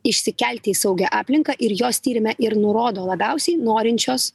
išsikelti į saugią aplinką ir jos tyrime ir nurodo labiausiai norinčios